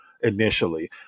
initially